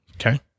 Okay